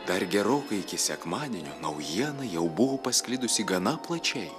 dar gerokai iki sekmadienio naujiena jau buvo pasklidusi gana plačiai